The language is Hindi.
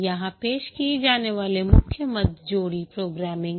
यहां पेश किए जाने वाले मुख्य मद जोड़ी प्रोग्रामिंग हैं